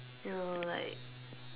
you know like